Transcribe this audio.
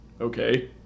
okay